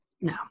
No